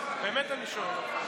באמת אני שואל אותך.